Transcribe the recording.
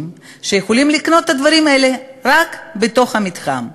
שיכולים לקנות את הדברים האלה רק בתוך המתחם.